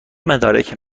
مدارک